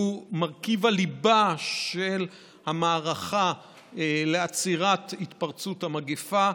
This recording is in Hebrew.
שהוא מרכיב הליבה של המערכה לעצירת התפרצות המגפה,